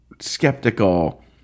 skeptical